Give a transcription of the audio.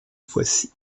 poissy